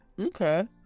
Okay